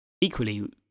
Equally